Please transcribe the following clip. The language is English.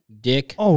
Dick